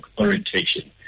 orientation